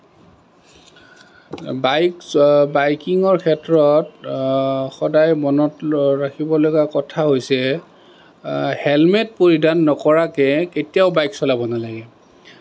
bike বাইকিঙৰ ক্ষেত্ৰত সদায় মনত ৰাখিবলগীয়া কথা হৈছে হেলমেট পৰিধান নকৰাকৈ কেতিয়াও বাইক চলাব নালাগে